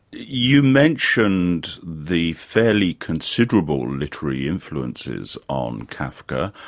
you mentioned the fairly considerable and literary influences on kafka.